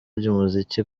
ry’umuziki